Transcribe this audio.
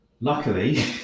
Luckily